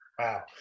Wow